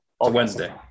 Wednesday